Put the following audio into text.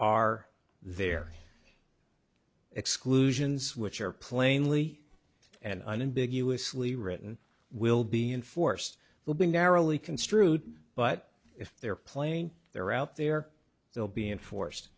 are there exclusions which are plainly and unambiguous lee written will be enforced will be narrowly construed but if they're playing they're out there they'll be enforced